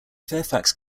fairfax